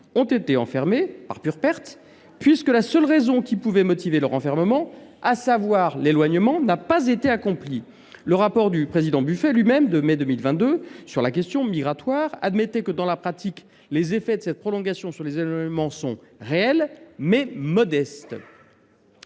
ont été enfermés en pure perte, puisque la seule raison qui pouvait motiver leur enfermement, à savoir l’éloignement, n’a pas été accomplie. Dans son rapport d’information de mai 2022 sur la question migratoire, le président Buffet admettait :« Dans la pratique, les effets de cette prolongation sur les éloignements sont réels, mais modestes.